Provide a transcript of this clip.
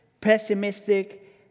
pessimistic